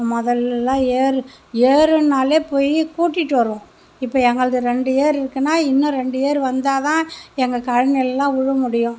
முதெல்லாம் ஏர் ஏர்னாலே போய் கூட்டிட்டு வருவோம் இப்ப எங்களது ரெண்டு ஏர் இருக்குன்னா இன்னும் ரெண்டு ஏர் வந்தா தான் எங்கள் கழனி எல்லாம் உழு முடியும்